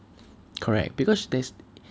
correct because there's